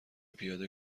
پیاده